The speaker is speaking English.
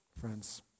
Friends